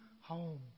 home